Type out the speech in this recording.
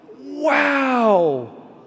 wow